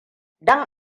don